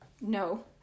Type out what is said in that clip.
No